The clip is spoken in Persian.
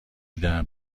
درد